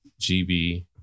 GB